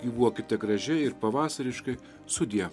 gyuokite gražiai ir pavasariškai sudie